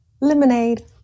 Lemonade